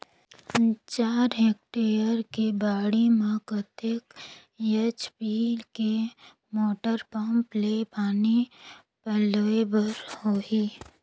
चार हेक्टेयर के बाड़ी म कतेक एच.पी के मोटर पम्म ले पानी पलोय बर होही?